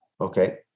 Okay